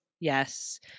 Yes